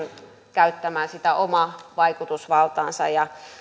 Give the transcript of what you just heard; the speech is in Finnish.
käyttämään sitä omaa vaikutusvaltaansa